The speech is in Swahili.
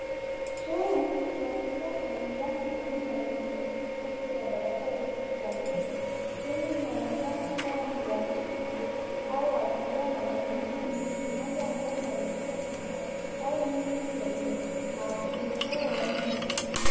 Treni ya kisasa yenye rangi nyekundu na nyeupe ikipita juu ya daraja refu la reli. Treni hiii inaonekana kuwa ni la mizigo au abiria na ina injini mbili, moja mbele na nyingine nyuma au injini yenye mapepewa mengi.